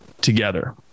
together